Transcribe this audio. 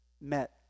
met